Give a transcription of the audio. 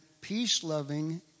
peace-loving